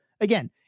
again